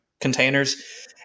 containers